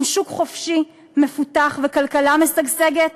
עם שוק חופשי מפותח וכלכלה משגשגת?